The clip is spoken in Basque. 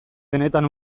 denetan